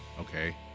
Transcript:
Okay